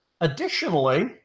Additionally